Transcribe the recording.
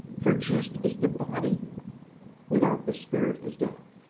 for just as the body without the spirit is dead,